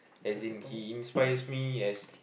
as in he inspire me as